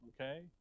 Okay